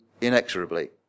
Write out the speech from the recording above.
inexorably